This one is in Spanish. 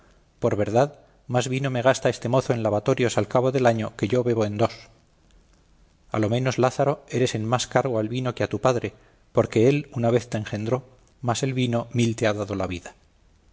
por verdad más vino me gasta este mozo en lavatorios al cabo del año que yo bebo en dos a lo menos lázaro eres en más cargo al vino que a tu padre porque él una vez te engendró mas el vino mil te ha dado la vida